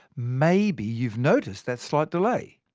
maybe you've noticed that slight delay.